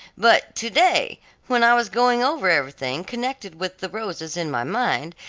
but to-day when i was going over everything connected with the rosas in my mind,